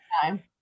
time